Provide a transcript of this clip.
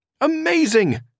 Amazing